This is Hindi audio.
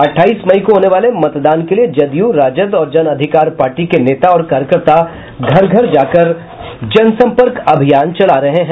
अठाईस मई को होने वाले मतदान के लिए जदयू राजद और जन अधिकार पार्टी के नेता और कार्यकर्ता घर घर जाकर जनसम्पर्क अभियान चला रहे हैं